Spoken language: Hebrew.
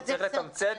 צריך לתמצת,